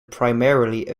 primarily